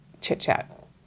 chit-chat